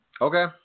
Okay